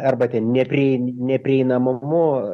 arba ten nepriein neprieinamumu